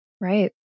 Right